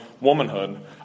womanhood